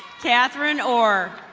catherine ore.